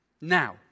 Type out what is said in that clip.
Now